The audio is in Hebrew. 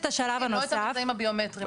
לא את הפרטים הביומטריים.